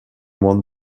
won